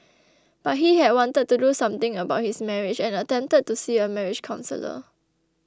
but he had wanted to do something about his marriage and attempted to see a marriage counsellor